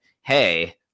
hey